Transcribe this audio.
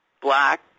black